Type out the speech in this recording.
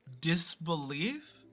disbelief